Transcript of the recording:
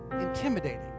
intimidating